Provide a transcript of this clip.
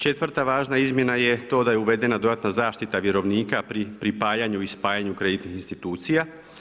Četvrta važna izmjena je to da je uvedena dodatna zaštita vjerovnika pri pripajanju i spajanju kreditnih institucija.